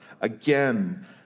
again